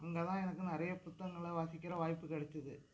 அங்கே தான் எனக்கு நிறைய புத்தகங்களை வாசிக்கிற வாய்ப்பு கெடைச்சிது